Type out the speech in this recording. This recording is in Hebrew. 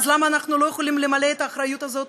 אז למה אנחנו לא יכולים למלא את האחריות הזאת?